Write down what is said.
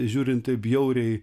žiūrint taip bjauriai